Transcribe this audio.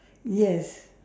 yes